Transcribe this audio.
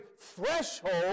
threshold